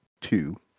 two